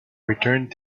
returned